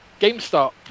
GameStop